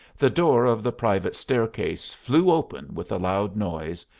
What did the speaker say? the door of the private staircase flew open with a loud noise,